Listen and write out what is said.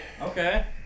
Okay